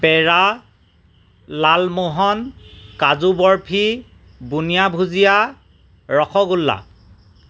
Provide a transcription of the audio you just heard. পেৰা lalmohan kaju barfi bundiya bhujia rasgulla